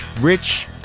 rich